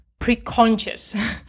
preconscious